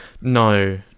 No